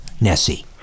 Nessie